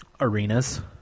arenas